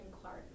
Clark